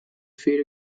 feed